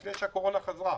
לפני שהקורונה חזרה,